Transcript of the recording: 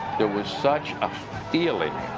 there was such a feeling